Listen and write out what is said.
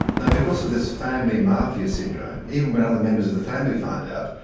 now, because of this family mafia syndrome, even when other members of the family find out,